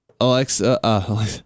Alexa